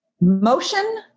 motion